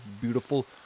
beautiful